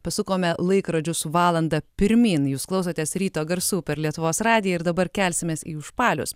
pasukome laikrodžius valanda pirmyn jūs klausotės ryto garsų per lietuvos radiją ir dabar kelsimės į užpalius